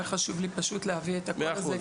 היה לי חשוב להביא את הנושא הזה,